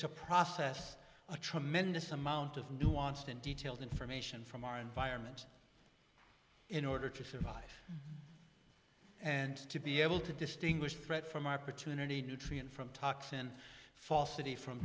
to process a tremendous amount of nuanced and detailed information from our environment in order to survive and to be able to distinguish threat from our paternity nutrient from toxin falsity from